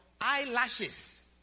eyelashes